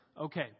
Okay